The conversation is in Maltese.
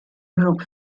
grupp